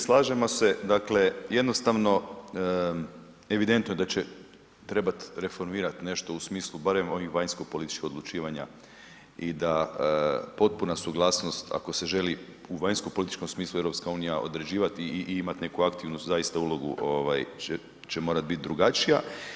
Slažemo se, dakle jednostavno evidentno je da ćemo trebati reformirati nešto u smislu barem o vanjsko politički odlučivanja i da potpuna suglasnost ako se želi u vanjsko političkom smislu EU određivati i imati neku aktivnu ulogu će morati biti drugačija.